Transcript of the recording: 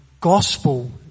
gospel